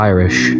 Irish